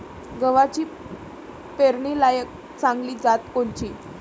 गव्हाची पेरनीलायक चांगली जात कोनची?